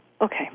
Okay